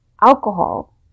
alcohol